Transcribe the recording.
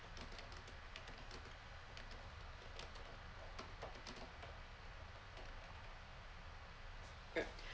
mm